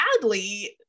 sadly